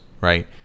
right